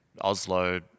Oslo